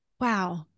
Wow